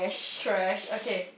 trash okay